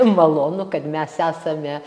malonu kad mes esame